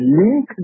link